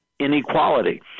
inequality